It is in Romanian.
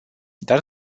dar